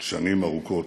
שנים ארוכות.